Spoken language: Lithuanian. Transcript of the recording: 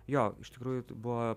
jo iš tikrųjų buvo